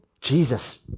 Jesus